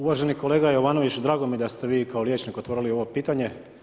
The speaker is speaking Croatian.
Uvaženi kolega Jovanović, drago mi je da ste vi kao liječnik otvorili ovo pitanje.